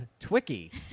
Twicky